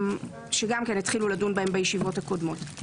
שגם כן התחילו לדון בהם בישיבות הקודמות.